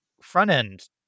front-end